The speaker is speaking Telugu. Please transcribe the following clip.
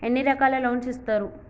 ఎన్ని రకాల లోన్స్ ఇస్తరు?